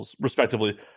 respectively